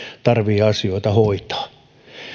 tarvitsee asioita hoitaa